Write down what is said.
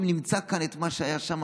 אם נמצא כאן את מה שהיה שם,